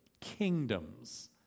Kingdoms